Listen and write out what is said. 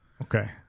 Okay